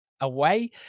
away